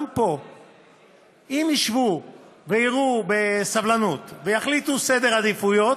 אם ישבו ויראו בסבלנות ויחליטו על סדר עדיפויות,